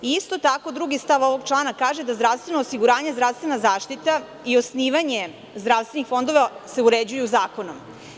Isto tako, drugi stav ovog člana kaže da se zdravstveno osiguranje, zdravstvena zaštita i osnivanje zdravstvenih fondova uređuju zakonom.